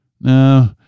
no